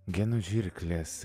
genų žirklės